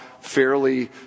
fairly